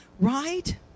right